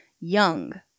Young